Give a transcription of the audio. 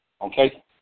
okay